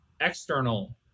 external